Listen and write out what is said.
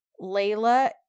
Layla